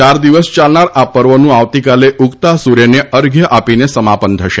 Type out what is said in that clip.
યાર દિવસ ચાલનાર આ પર્વનું આવતીકાલે ઉગતા સૂર્યને અર્ધ્ય આપીને સમાપન થશે